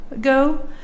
go